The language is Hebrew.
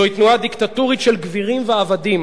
זוהי תנועה דיקטטורית של גבירים ועבדים,